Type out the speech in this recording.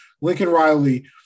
Lincoln-Riley